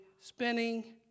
spinning